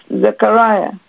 Zechariah